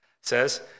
says